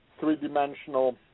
three-dimensional